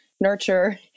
nurture